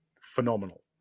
phenomenal